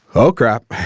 oh, crap.